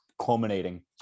culminating